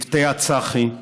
צוותי הצח"י,